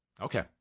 Okay